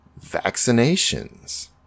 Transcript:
vaccinations